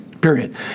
period